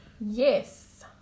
Yes